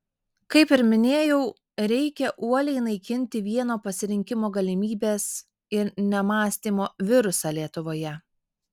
kaip ir minėjau reikia uoliai naikinti vieno pasirinkimo galimybės ir nemąstymo virusą lietuvoje